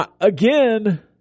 Again